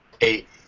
Eight